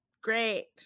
Great